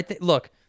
Look